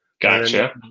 Gotcha